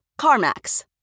CarMax